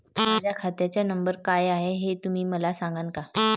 माह्या खात्याचा नंबर काय हाय हे तुम्ही मले सागांन का?